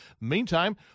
Meantime